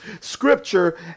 Scripture